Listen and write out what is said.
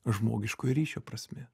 žmogiškojo ryšio prasmė